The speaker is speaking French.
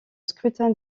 scrutin